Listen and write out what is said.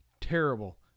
terrible